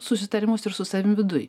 susitarimus ir su savim viduj